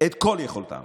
ככל יכולתם